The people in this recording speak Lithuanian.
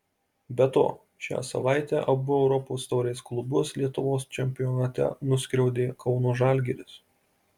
be to šią savaitę abu europos taurės klubus lietuvos čempionate nuskriaudė kauno žalgiris